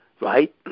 right